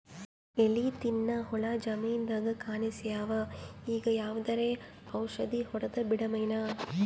ಎಲಿ ತಿನ್ನ ಹುಳ ಜಮೀನದಾಗ ಕಾಣಸ್ಯಾವ, ಈಗ ಯಾವದರೆ ಔಷಧಿ ಹೋಡದಬಿಡಮೇನ?